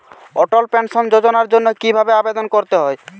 অটল pension যোজনার জন্য কি ভাবে আবেদন করতে হয়?